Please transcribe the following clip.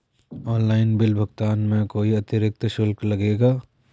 Online bill भुगतान में कोई अतिरिक्त शुल्क लगेगा?